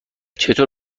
چطور